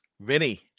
Vinny